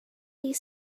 you